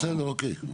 בסדר, אוקיי.